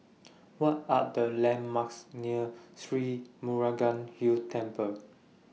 What Are The landmarks near Sri Murugan Hill Temple